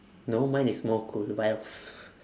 no mine is more cool vilf